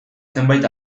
zenbait